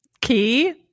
key